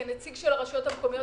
כנציג של הרשויות המקומיות,